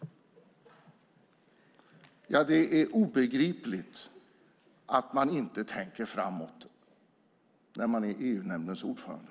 Det är obegripligt att man inte tänker framåt när man är EU-nämndens ordförande!